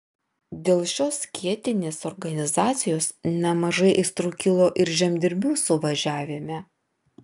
dėl šios skėtinės organizacijos nemažai aistrų kilo ir žemdirbių suvažiavime